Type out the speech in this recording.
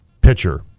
pitcher